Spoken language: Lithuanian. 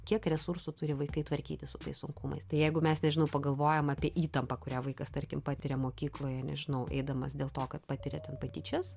kiek resursų turi vaikai tvarkytis su tais sunkumais tai jeigu mes nežinau pagalvojam apie įtampą kurią vaikas tarkim patiria mokykloje nežinau eidamas dėl to kad patiria ten patyčias